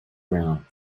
round